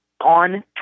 on